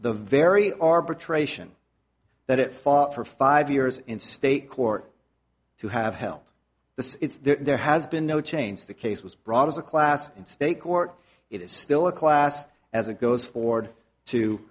the very arbitration that it fought for five years in state court to have held this there has been no change the case was brought as a class in state court it is still a class as it goes forward to